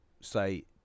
say